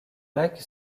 lacs